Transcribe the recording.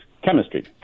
Chemistry